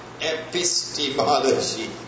epistemology